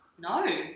no